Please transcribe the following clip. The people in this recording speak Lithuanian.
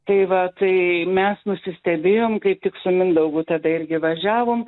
tai va tai mes nusistebėjom kaip tik su mindaugu tada irgi važiavom